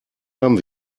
haben